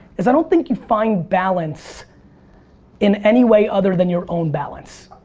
is i don't think you find balance in any way other than your own balance,